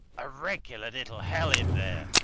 a regular little hell in there.